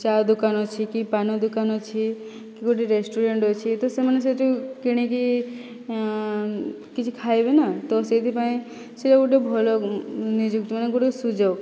ଚା' ଦୋକାନ ଅଛି କି ପାନ ଦୋକାନ ଅଛି କି ଗୋଟିଏ ରେଷ୍ଟୁରାଣ୍ଟ ଅଛି ତ ସେମାନେ ସେଠୁ କିଣିକି କିଛି ଖାଇବେ ନା ତ ସେଥିପାଇଁ ସେଇଟା ଗୋଟିଏ ଭଲ ନିଯୁକ୍ତି ମାନେ ଗୋଟିଏ ସୁଯୋଗ